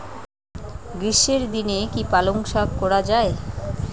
গ্রীষ্মের দিনে কি পালন শাখ করা য়ায়?